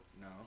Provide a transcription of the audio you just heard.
No